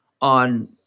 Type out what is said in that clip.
on